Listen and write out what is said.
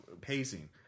pacing